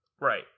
Right